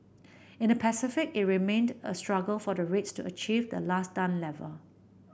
in the Pacific it remained a struggle for the rates to achieve the last done level